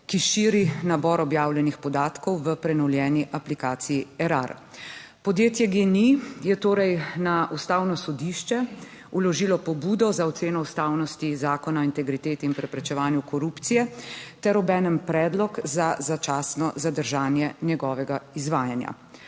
ki širi nabor objavljenih podatkov v prenovljeni aplikaciji Erar. Podjetje Gen-I je torej na ustavno sodišče vložilo pobudo za oceno ustavnosti Zakona o integriteti in preprečevanju korupcije ter obenem predlog za začasno zadržanje njegovega izvajanja.